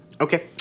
Okay